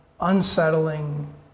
unsettling